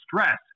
stress